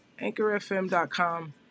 AnchorFM.com